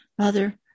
Father